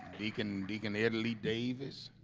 deacon deacon italy davis